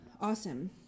Awesome